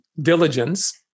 diligence